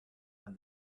and